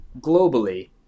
globally